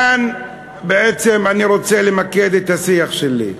כאן אני רוצה למקד את השיח שלי.